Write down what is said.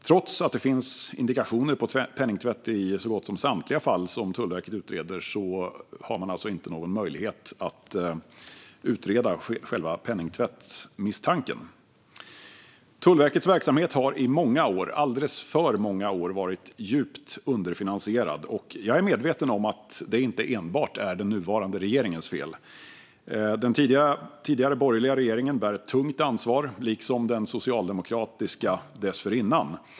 Trots att det finns indikationer på penningtvätt i så gott som samtliga fall som Tullverket utreder har man alltså inte någon möjlighet att utreda själva penningtvättsmisstanken. Tullverkets verksamhet har i många år, alldeles för många år, varit djupt underfinansierad. Jag är medveten om att det inte enbart är den nuvarande regeringens fel. Den tidigare borgerliga regeringen bär ett tungt ansvar, liksom den socialdemokratiska regeringen dessförinnan.